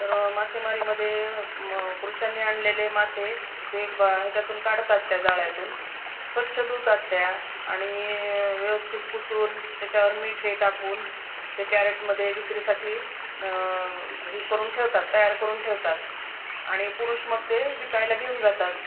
तर मासेमारीमध्ये म पुरुषांनी आणलेले मासे ते बा ह्याच्यातून काढतात त्या जाळ्यातून स्वच्छ धुतात त्या आणि व्यवस्थित पुसून त्याच्या अर मीठ हे टाकून ते कॅरेटमध्ये विक्रीसाठी हे करून ठेवतात तयार करून ठेवतात आणि पुरुष मग ते विकायला घेऊन जातात